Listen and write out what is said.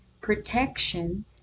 protection